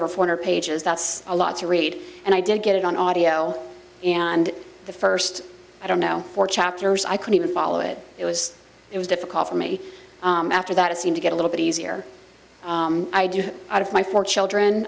her former pages that's a lot to read and i did get it on audio and the first i don't know four chapters i could even follow it it was it was difficult for me after that it seemed to get a little bit easier i do out of my four children